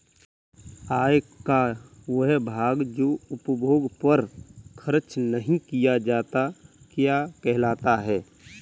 आय का वह भाग जो उपभोग पर खर्च नही किया जाता क्या कहलाता है?